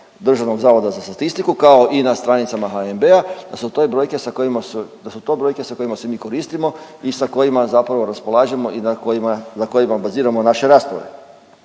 i od strane DZS-a kao i na stranicama HNB-a da su to brojke sa kojima se mi koristimo i sa kojima zapravo raspolažemo i na kojima baziramo naše rasprave.